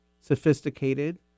sophisticated